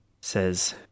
says